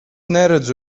neredzu